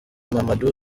mamadou